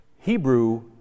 Hebrew